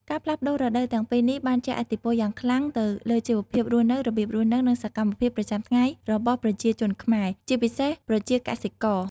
ការផ្លាស់ប្ដូររដូវទាំងពីរនេះបានជះឥទ្ធិពលយ៉ាងខ្លាំងទៅលើជីវភាពរស់នៅ របៀបរស់នៅ និងសកម្មភាពប្រចាំថ្ងៃរបស់ប្រជាជនខ្មែរ ជាពិសេសប្រជាកសិករ។